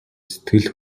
сэтгэл